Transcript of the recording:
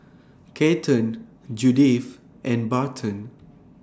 Kathern Judith and Barton